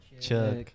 Chuck